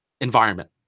environment